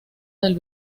del